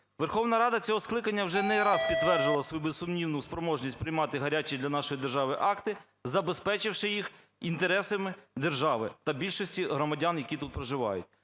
Верховна Рада цього скликання вже не раз підтверджувала свою безсумнівну спроможність приймати гарячі для нашої держави акти, забезпечивши їх інтересами держави та більшості громадян, які тут проживають.